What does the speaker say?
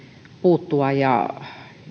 puuttua